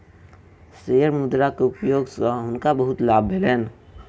share मुद्रा के उपयोग सॅ हुनका बहुत लाभ भेलैन